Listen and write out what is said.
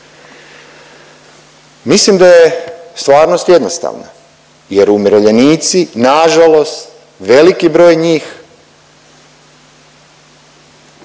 Mislim da je stvarnost jednostavna jer umirovljenici nažalost veliki broj njih,